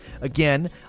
Again